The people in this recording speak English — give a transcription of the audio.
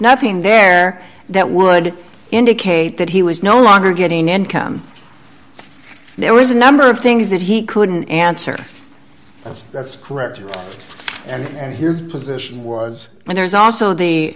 nothing there that would indicate that he was no longer getting income there was a number of things that he couldn't answer yes that's correct and his position was and there's also the